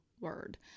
word